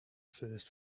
first